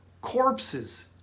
corpses